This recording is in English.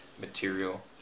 material